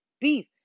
beef